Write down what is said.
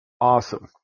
Awesome